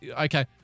Okay